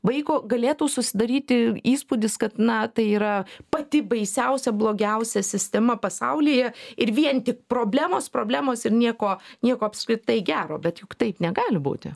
vaiko galėtų susidaryti įspūdis kad na tai yra pati baisiausia blogiausia sistema pasaulyje ir vien tik problemos problemos ir nieko nieko apskritai gero bet juk taip negali būti